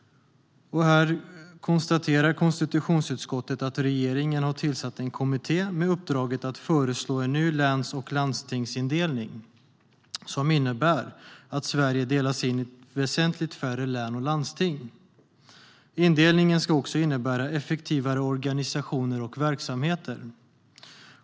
Här konstaterar konstitutionsutskottet att regeringen har tillsatt en kommitté med uppdraget att föreslå en ny läns och landstingsindelning som innebär att Sverige delas in i väsentligt färre län och landsting. Indelningen ska också innebära effektivare organisationer och verksamheter.